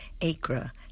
Acre